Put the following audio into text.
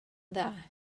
dda